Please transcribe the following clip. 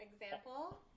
example